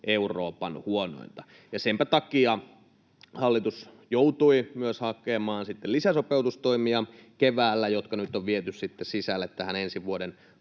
Euroopan huonointa. Senpä takia hallitus joutui myös hakemaan keväällä lisäsopeutustoimia, jotka nyt on viety sisälle tähän ensi vuoden